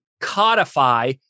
codify